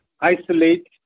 isolate